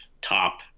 top